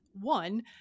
one